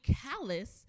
callous